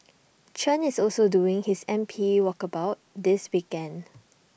Chen is also doing his M P walkabouts this weekend